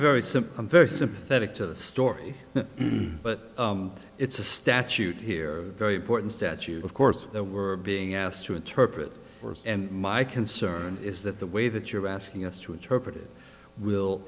and very sympathetic to the story but it's a statute here very important statute of course they were being asked to interpret and my concern is that the way that you're asking us